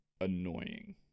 annoying